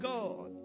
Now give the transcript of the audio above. God